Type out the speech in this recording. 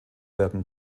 werden